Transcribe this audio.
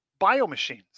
biomachines